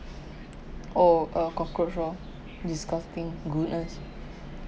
oh uh cockroach oh disgusting goodness